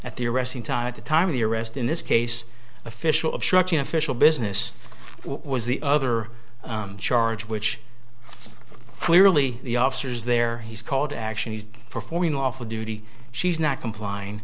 at the arresting time at the time of the arrest in this case official obstruction official business what was the other charge which clearly the officers there he's called actually he's performing off duty she's not complying